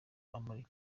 amara